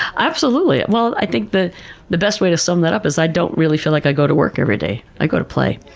absolutely. i think the the best way to sum that up is, i don't really feel like i go to work every day. i go to play.